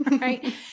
right